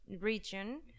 region